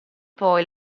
poi